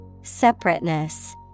Separateness